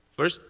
first,